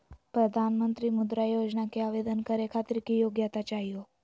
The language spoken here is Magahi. प्रधानमंत्री मुद्रा योजना के आवेदन करै खातिर की योग्यता चाहियो?